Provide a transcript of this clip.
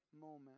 moment